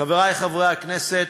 חברי חברי הכנסת,